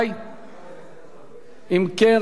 הצעת החוק נתקבלה בקריאה שנייה.